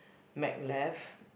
mac left